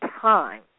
time